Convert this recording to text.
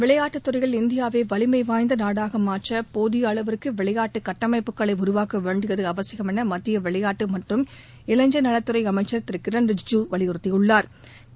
விளையாட்டுத் துறையில் இந்தியாவை வலிமை வாய்ந்த நாடாக மாற்ற போதிய அளவிற்கு விளையாட்டு கட்டமைப்புகளை உருவாக்க வேண்டியது அவசியம் என மத்திய விளையாட்டு மற்றும் இளைஞா் நலத் துறை அமைச்சா் திரு கிரண் ரிஜிஜூ வலியுறுத்தியுள்ளாா்